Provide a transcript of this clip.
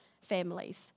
families